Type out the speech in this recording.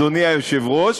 אדוני היושב-ראש